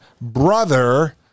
brother